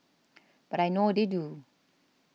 but I know what they do